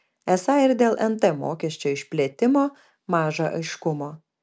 esą ir dėl nt mokesčio išplėtimo maža aiškumo